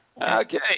Okay